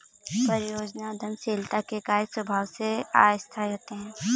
परियोजना उद्यमशीलता के कार्य स्वभाव से अस्थायी होते हैं